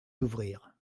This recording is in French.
d’ouvrir